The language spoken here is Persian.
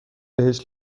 بهش